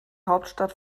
hauptstadt